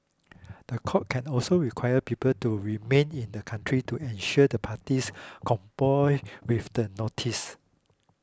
the court can also require people to remain in the country to ensure the parties comply with the notice